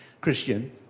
Christian